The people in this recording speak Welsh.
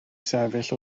sefyll